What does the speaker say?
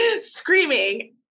screaming